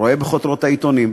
רואה בכותרות העיתונים.